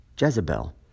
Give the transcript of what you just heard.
Jezebel